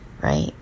right